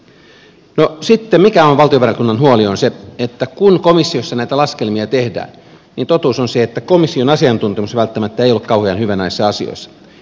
se mikä on valtiovarainvaliokunnan huoli on se että kun komissiossa näitä laskelmia tehdään niin totuus on se että komission asiantuntemus välttämättä ei ole kauhean hyvä näissä asioissa